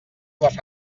les